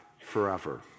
forever